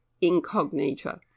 Incognita